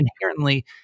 inherently